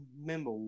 remember